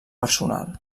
personal